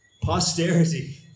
posterity